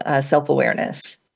self-awareness